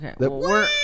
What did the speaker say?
Okay